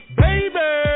baby